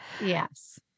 Yes